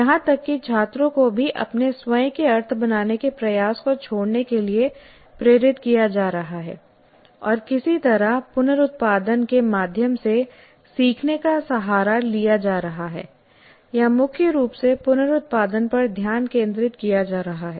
यहां तक कि छात्रों को भी अपने स्वयं के अर्थ बनाने के प्रयास को छोड़ने के लिए प्रेरित किया जा रहा है और किसी तरह पुनरुत्पादन के माध्यम से सीखने का सहारा लिया जा रहा है या मुख्य रूप से पुनरुत्पादन पर ध्यान केंद्रित किया जा रहा है